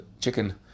chicken